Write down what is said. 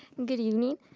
good evening.